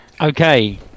Okay